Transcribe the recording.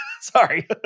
Sorry